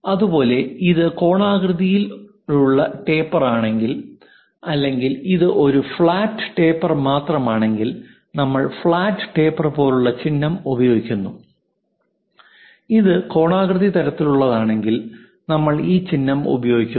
അതുപോലെ ഇത് കോണാകൃതിയിലുള്ള ടേപ്പർ ആണെങ്കിൽ അല്ലെങ്കിൽ ഇത് ഒരു ഫ്ലാറ്റ് ടേപ്പർ മാത്രമാണെങ്കിൽ നമ്മൾ ഫ്ലാറ്റ് ടേപ്പർ പോലുള്ള ചിഹ്നം ഉപയോഗിക്കുന്നു ഇത് കോണാകൃതി തരത്തിലുള്ളതാണെങ്കിൽ നമ്മൾ ഈ ചിഹ്നം ഉപയോഗിക്കുന്നു